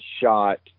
shot